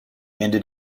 ended